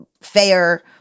fair